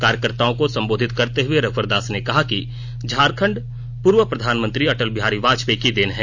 कार्यकर्ताओं को संबोधित करते हुए रघुवर दास ने कहा कि झारखण्ड पूर्व प्रधानमंत्री अटल बिहारी वाजपेयी की देन है